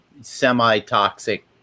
semi-toxic